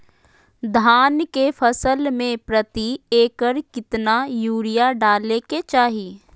धान के फसल में प्रति एकड़ कितना यूरिया डाले के चाहि?